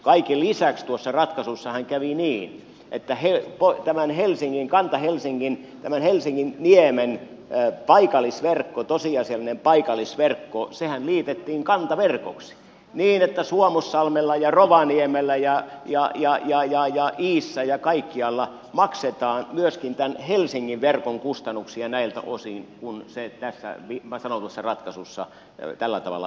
kaiken lisäksi tuossa ratkaisussahan kävi niin että helsingin kanta helsingin helsinginniemen paikallisverkko tosiasiallinen paikallisverkko sehän liitettiin kantaverkoksi niin että suomussalmella ja rovaniemellä ja joo joo joo joo ja iissä ja kaikkialla maksetaan myöskin tämän helsingin verkon kustannuksia näiltä osin kuin se tässä sanotussa ratkaisussa tällä tavalla määrättiin